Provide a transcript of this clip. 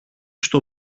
στο